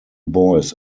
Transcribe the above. boys